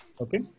Okay